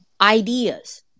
ideas